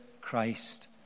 Christ